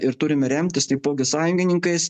ir turime remtis taipogi sąjungininkais